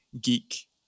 geek